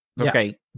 okay